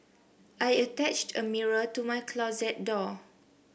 I attached a mirror to my closet door